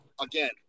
again